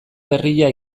berria